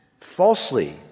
Falsely